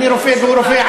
אני רופא והוא רופא,